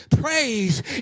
Praise